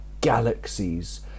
galaxies